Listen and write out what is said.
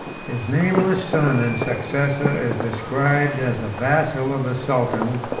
his nameless son and successor is described as the vassal of the sultan,